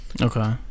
okay